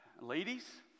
Ladies